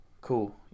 cool